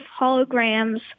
holograms